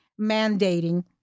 mandating